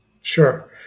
Sure